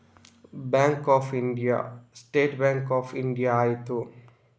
bank of India State Bank of India ಆಯಿತು